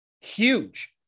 huge